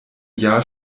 jahr